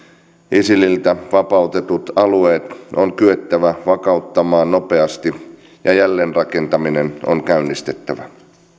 isililtä vapautetut alueet on kyettävä vakauttamaan nopeasti ja jälleenrakentaminen on käynnistettävä